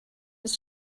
des